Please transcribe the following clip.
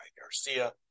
Garcia